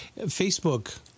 Facebook